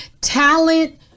Talent